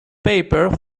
paper